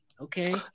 okay